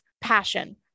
Passion